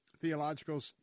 theological